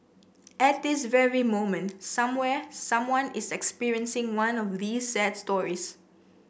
at this very moment somewhere someone is experiencing one of these sad stories